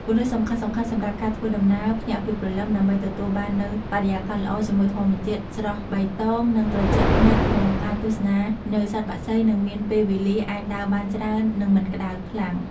គន្លឹះសំខាន់ៗសម្រាប់ការធ្វើដំណើរភ្ញាក់ពីព្រលឹមដើម្បីទទួលបាននៅបរិយាកាសល្អជាមួយធម្មជាតិស្រស់បៃតងនិងត្រជាក់ភ្នែកក្នុងការទស្សនានៅសត្វបក្សីនិងមានពេលវេលាអាចដើរបានច្រើននិងមិនក្តៅខ្លាំង។